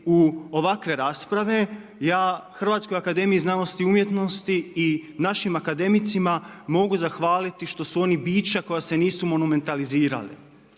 u ovakve rasprave ja Hrvatskoj akademiji znanosti i umjetnosti i našim akademicima mogu zahvaliti što su oni bića koja se nisu monumentalizirali.